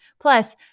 Plus